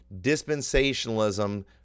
Dispensationalism